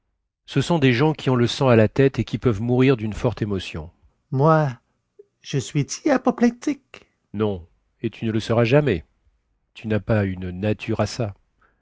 ce sont des gens qui ont le sang à la tête et qui peuvent mourir dune forte émotion moi je suis t y apoplectique non et tu ne le seras jamais tu nas pas une nature à ça